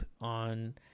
on